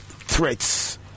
threats